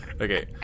Okay